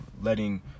letting